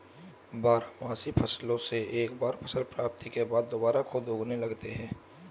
बारहमासी फसलों से एक बार फसल प्राप्ति के बाद दुबारा खुद उगने लगते हैं